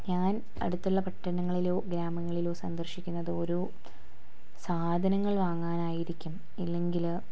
ഞാൻ അടുത്തുള്ള പട്ടണങ്ങളിലോ ഗ്രാമങ്ങളിലോ സന്ദർശിക്കുന്നത് ഓരോ സാധനങ്ങൾ വാങ്ങാനായിരിക്കും ഇല്ലെങ്കിൽ